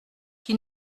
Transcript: qui